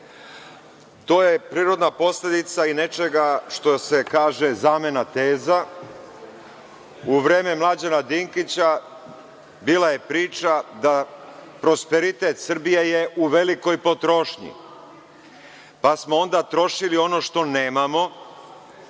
To je prirodna posledica i nečega, što se kaže zamena teza.U vreme Mlađana Dinkića bila je priča da je prosperitet Srbije u velikoj potrošnji, pa smo onda trošili ono što nemamo,